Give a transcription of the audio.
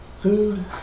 Food